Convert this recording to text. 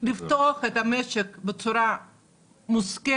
לפתוח את המשק בצורה מושכלת,